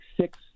six